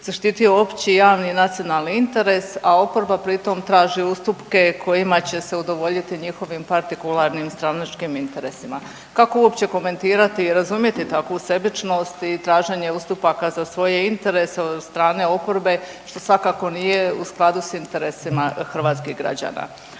zaštitio opći i javni nacionalni interes, a oporba pri tom traži ustupke kojima će se udovoljiti njihovim partikularnim stranačkim interesima. Kako uopće komentirati i razumjeti takvu sebičnost i traženje ustupaka za svoje interese od strane oporbe što svakako nije u skladu s interesima hrvatskih građana.